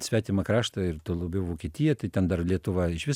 svetimą kraštą ir tuo lobiau vokietiją tai ten dar lietuva išvis